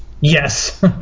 Yes